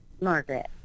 margaret